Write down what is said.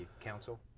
council